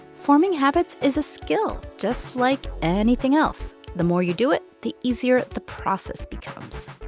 forming habits is a skill just like anything else. the more you do it, the easier the process becomes